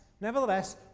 nevertheless